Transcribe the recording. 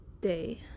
day